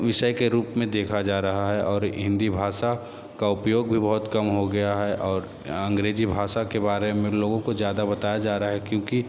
विषय के रूप में देखा जा रहा है और हिंदी भाषा का उपयोग भी बहुत कम हो गया है और अंग्रेजी भाषा के बारे में लोगों को ज़्यादा बताया जा रहा है क्योंकि